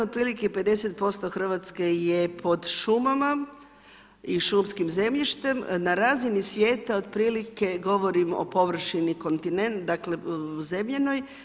Otprilike 50% Hrvatske je pod šumama i šumskih zemljištem, na razini svijeta otprilike, govorim o površini kontinenta, dakle zemljanoj.